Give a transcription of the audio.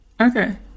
Okay